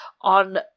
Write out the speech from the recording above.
On